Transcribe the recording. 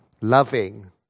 loving